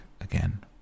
again